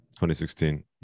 2016